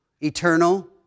Eternal